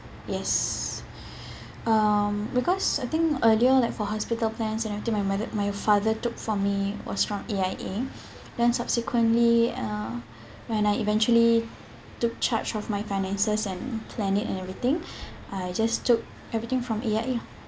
yes um because I think earlier like for hospital plans and everything my mother my father took for me was from A_I_A then subsequently uh when I eventually took charge of my finances and plan it and everything I just took everything from A_I_A ah